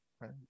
right